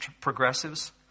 progressives